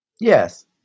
Yes